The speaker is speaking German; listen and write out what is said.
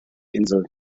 insel